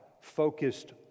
focused